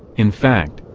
in fact,